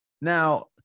now